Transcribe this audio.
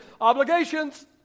Obligations